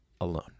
alone